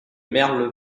merle